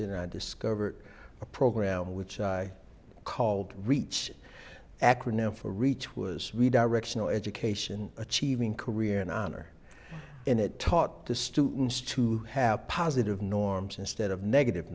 in i discovered a program which i called reach acronym for reach was we directional education achieving career and honor and it taught the students to have positive norms instead of negative